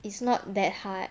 it's not that hard